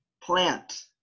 plant